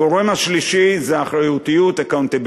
הגורם השלישי זה אחריותיות, accountability.